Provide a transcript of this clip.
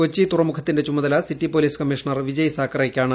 കൊച്ചി തുറമുഖത്തിന്റെ ചുമതല city police commissioner Vijay സാക്കറെയ്ക്കാണ്